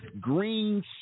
green